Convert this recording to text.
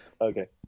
Okay